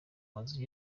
mazu